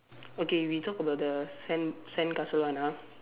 okay we talk about the sand sandcastle one ah